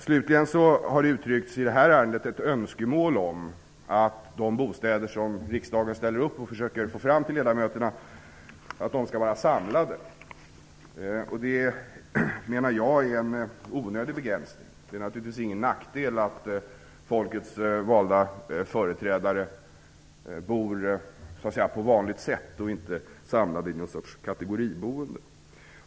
Det har också i det här ärendet uttryckts ett önskemål om att de bostäder som riksdagen försöker få fram till ledamöterna skall vara samlade. Det menar jag är en onödig begränsning. Det är naturligtvis inte någon nackdel att folkets valda ledamöter bor på så att säga vanligt sätt, i stället för att vara samlade i något slags kategoriboende.